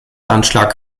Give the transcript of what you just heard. anschlag